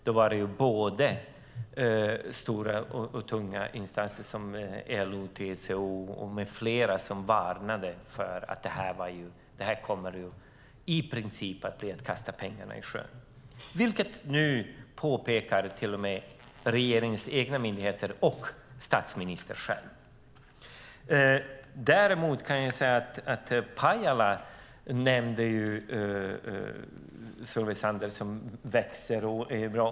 Då fanns det stora och tunga instanser, som LO, TCO med flera, som varnade för att detta i princip är att kasta pengarna i sjön, vilket nu till och med regeringens egna myndigheter och statsministern själv påpekar. Solveig Zander nämnde även Pajala, som växer och är bra.